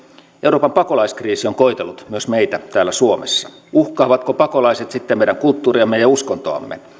euroopan pakolaiskriisi on koetellut myös meitä täällä suomessa uhkaavatko pakolaiset sitten meidän kulttuuriamme ja uskontoamme